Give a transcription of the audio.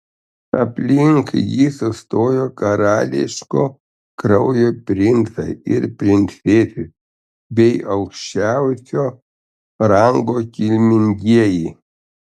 aplink jį sustojo karališko kraujo princai ir princesės bei aukščiausio rango kilmingieji